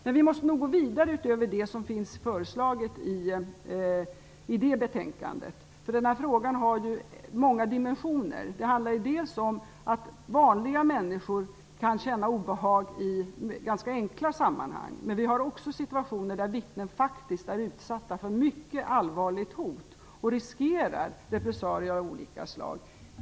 Men vi måste nog gå vidare med det som finns föreslaget i det betänkandet. Denna fråga har många dimensioner. Det handlar dels om att vanliga människor kan känna obehag i ganska enkla sammanhang, dels om situationer där vittnen faktiskt är utsatta för mycket allvarligt hot och riskerar repressalier av olika slag.